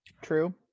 True